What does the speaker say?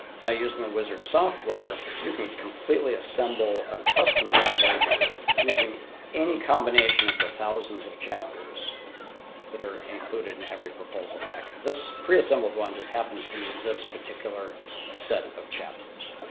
now using the wizard software you can completely assemble a custom template using any combination of the thousands of chapters that are included in every proposal pack. this preassembled one just happens to use this particular set of chapters.